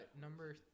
number